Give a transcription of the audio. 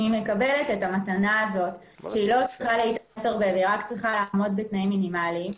אם היא מקבלת את המתנה הזאת שהיא רק צריכה לעמוד בתנאים מינימליים,